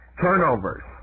Turnovers